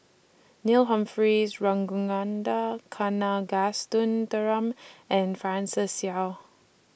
Neil Humphreys Ragunathar Kanagasuntheram and Francis Seow